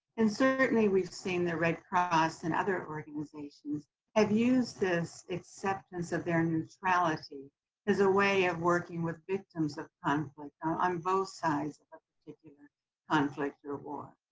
and certainly we've seen the red cross and other organizations have used this acceptance of their neutrality as a way of working with victims of conflict on both sides of a particular conflict or war.